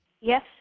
Yes